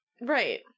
Right